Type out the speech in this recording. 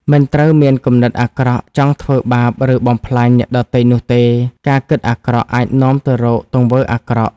មិនត្រូវមានគំនិតអាក្រក់ ចង់ធ្វើបាប ឬបំផ្លាញអ្នកដទៃនោះទេ ការគិតអាក្រក់អាចនាំទៅរកទង្វើអាក្រក់។